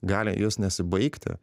gali jis nesibaigti